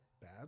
bad